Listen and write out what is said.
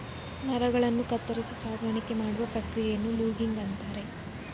ಮರಗಳನ್ನು ಕತ್ತರಿಸಿ ಸಾಗಾಣಿಕೆ ಮಾಡುವ ಪ್ರಕ್ರಿಯೆಯನ್ನು ಲೂಗಿಂಗ್ ಅಂತರೆ